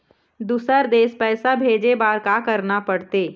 दुसर देश पैसा भेजे बार का करना पड़ते?